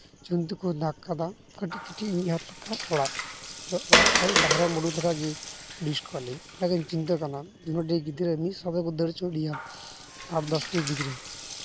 ᱪᱩᱱ ᱛᱮᱠᱚ ᱫᱟᱜᱽ ᱠᱟᱫᱟ ᱠᱟᱹᱴᱤᱡ ᱠᱟᱹᱴᱤᱡ ᱢᱤᱫ ᱦᱟᱛ ᱞᱮᱠᱟ ᱚᱲᱟᱜ ᱚᱲᱟᱜ ᱠᱷᱚᱡ ᱵᱟᱦᱨᱮᱢ ᱩᱰᱩᱠ ᱞᱮᱱ ᱞᱮᱠᱷᱟᱱ ᱜᱮ ᱰᱤᱥ ᱠᱚᱣᱟᱞᱤ ᱚᱱᱟᱜᱤᱧ ᱪᱤᱱᱛᱟᱹᱜ ᱠᱟᱱᱟ ᱱᱚᱸᱰᱮ ᱜᱤᱫᱽᱨᱟᱹ ᱢᱤᱫ ᱥᱚᱝᱜᱮ ᱠᱚ ᱫᱟᱹᱲ ᱦᱚᱪᱚᱭᱮᱜ ᱞᱮᱭᱟ ᱟᱨ ᱫᱚᱥᱴᱤ ᱜᱤᱫᱽᱨᱟᱹ